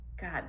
God